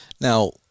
Now